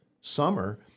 summer